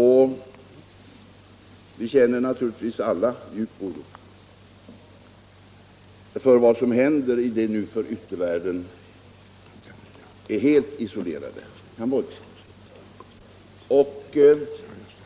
och vi känner naturligtvis alla djup oro för vad som händer i det nu från yttervärlden helt isolerade Cambodja.